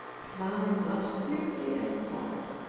clara blushed swiftly, and stopped.